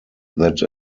that